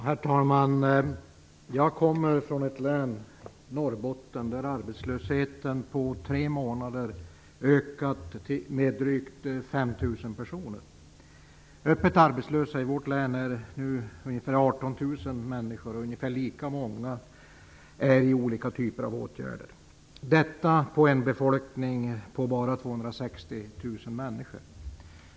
Herr talman! Jag kommer från ett län, Norrbotten, där arbetslösheten på tre månader ökat med drygt 5 000 personer. Antalet öppet arbetslösa i vårt län är nu ungefär 18 000 människor, och ungefär lika många befinner sig i olika typer av åtgärder - detta på en befolkning på bara 260 000 människor.